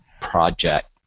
project